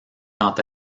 quant